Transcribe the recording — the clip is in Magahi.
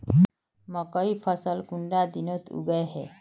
मकई फसल कुंडा दिनोत उगैहे?